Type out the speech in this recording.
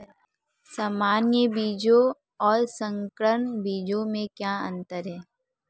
सामान्य बीजों और संकर बीजों में क्या अंतर है?